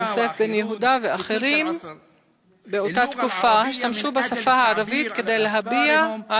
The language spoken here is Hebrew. יוסף בן יהודה ואחרים באותה תקופה השתמשו בשפה הערבית כדי להביע את